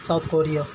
South Korea